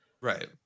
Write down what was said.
Right